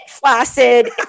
Flaccid